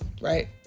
right